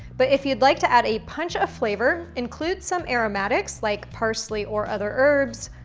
but if you'd like to add a punch of flavor, include some aromatics like parsley or other herbs,